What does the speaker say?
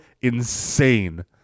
insane